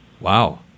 Wow